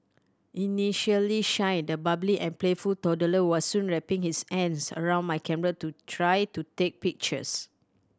initially shy the bubbly and playful toddler was soon wrapping his hands around my camera to try to take pictures